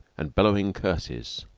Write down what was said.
and bellowing curses.